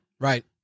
right